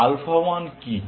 এই আলফা 1 কি